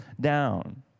down